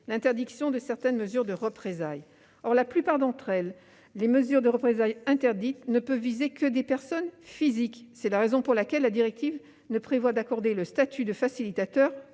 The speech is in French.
l'interdiction de certaines mesures de représailles. Or, pour la plupart d'entre elles, les mesures de représailles interdites ne peuvent viser que des personnes physiques. C'est la raison pour laquelle la directive ne prévoit d'accorder le statut de facilitateur